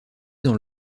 dans